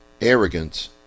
arrogance